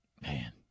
man